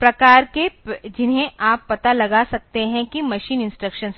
प्रकार के जिन्हें आप पता लगा सकते हैं कि मशीन इंस्ट्रक्शंस हैं